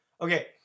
Okay